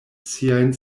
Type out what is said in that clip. siajn